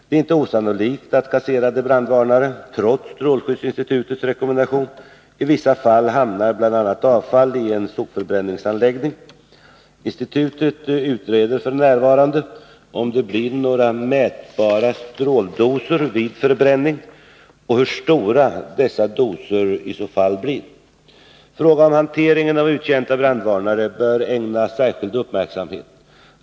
Det är inte osannolikt att kasserade brandvarnare trots strålskyddsinstitutets rekommendation i vissa fall hamnar bland annat avfall i en sopförbränningsanläggning. Institutet utreder f.n. om det blir några mätbara stråldoser vid förbränning och hur stora dessa doser i så fall blir. Frågan om hanteringen av uttjänta brandvarnare bör ägnas särskild uppmärksamhet.